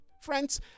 friends